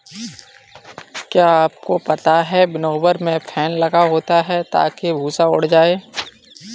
क्या आपको पता है विनोवर में फैन लगा होता है ताकि भूंसी उड़ जाए?